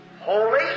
Holy